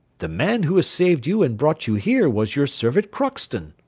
the man who has saved you and brought you here was your servant crockston.